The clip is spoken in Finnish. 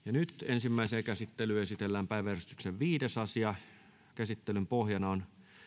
ensimmäiseen käsittelyyn esitellään päiväjärjestyksen viides asia käsittelyn pohjana on